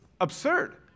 absurd